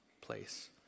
place